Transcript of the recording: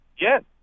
Yes